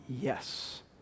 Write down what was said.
Yes